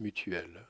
mutuelle